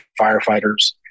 firefighters